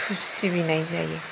सिबिनाय जायो